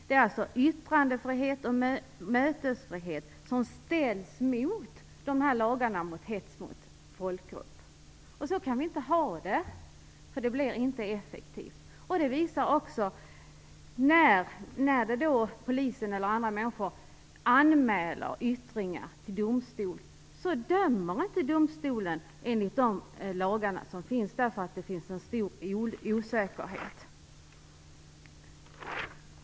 Det är alltså yttrandefrihet och mötesfrihet som ställs mot lagarna om hets mot folkgrupp. Så här kan vi inte ha det, för det blir inte effektivt. När poliser eller andra anmäler yttringar till domstol visar det sig att domstolen inte dömer i enlighet med de lagar som finns, eftersom det råder stor osäkerhet.